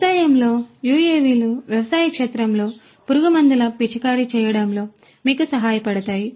వ్యవసాయంలో యుఎవిలు వ్యవసాయ క్షేత్రంలో పురుగుమందుల పిచికారీ చేయడంలో మీకు సహాయపడతాయి